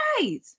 Right